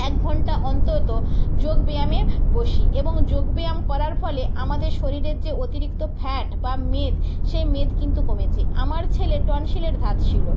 একটা ঘণ্টা অন্তত যোগব্যায়ামে বসি এবং যোগব্যায়াম করার ফলে আমাদের শরীরের যে অতিরিক্ত ফ্যাট বা মেদ সে মেদ কিন্তু কমেছে আমার ছেলের টনসিলের ধাত ছিল